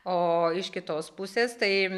o iš kitos pusės tai